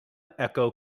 echo